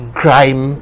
crime